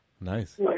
nice